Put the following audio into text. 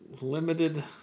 limited